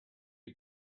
you